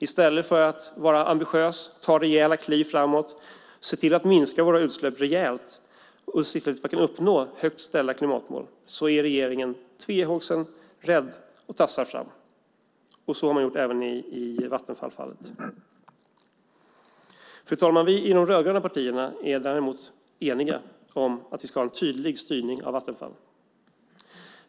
I stället för att vara ambitiös, ta rejäla kliv framåt, se till att minska våra utsläpp rejält och se till att man kan uppnå högt ställda klimatmål är regeringen tvehågsen, rädd och tassar fram. Så har man gjort även i fallet Vattenfall. Fru talman! Vi i de rödgröna partierna är däremot eniga om att vi ska ha en tydlig styrning av Vattenfall.